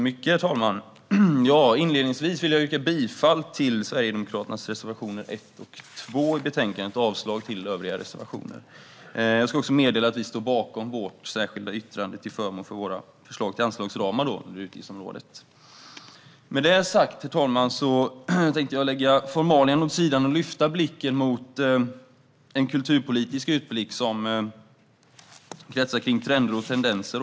Herr talman! Inledningsvis vill jag yrka bifall till Sverigedemokraternas reservationer 1 och 2 i betänkandet och avslag på övriga reservationer. Jag vill också meddela att vi står bakom vårt särskilda yttrande till förmån för våra förslag till anslagsramar under utgiftsområdet. Med detta sagt tänkte jag kort lägga formalia åt sidan, lyfta blicken och göra en kulturpolitisk utblick över trender och tendenser.